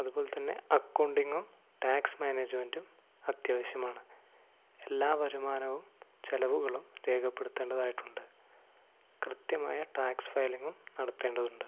അതുപോലെ തന്നെ അക്കൗണ്ടിങ്ങും ടാക്സ് മാനേജ്മെന്റും അത്യാവശ്യമാണ് എല്ലാ വരുമാനവും ചെലവുകളും രേഖപ്പെടുത്തേണ്ടതായിട്ടുണ്ട് കൃത്യമായ ടാക്സ് ഫൈലിങ്ങും നടത്തേണ്ടതുണ്ട്